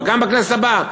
גם בכנסת הבאה,